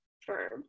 firm